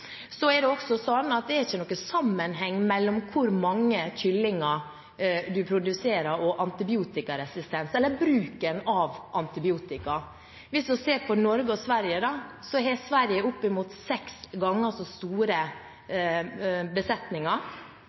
Så er det også sånn at det er ikke noen sammenheng mellom hvor mange kyllinger en produserer og antibiotikaresistens, eller bruken av antibiotika. Hvis vi ser på Norge og Sverige, har Sverige opp mot seks ganger så store besetninger.